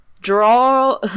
draw